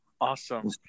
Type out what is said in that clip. Awesome